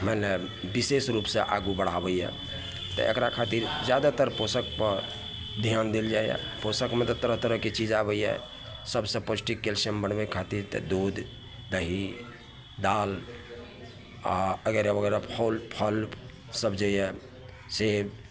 मानि ले विशेष रूपसे आगू बढ़ाबैए तऽ एकरा खातिर जादातर पोषकपर धिआन देल जाइ यऽ पोषकमे तऽ तरह तरहके चीज आबैए सबसे पौष्टिक कैल्सियम बढ़बै खातिर तऽ दूध दही दालि आओर वगैरह वगैरह फौल फल सब जे यऽ सेब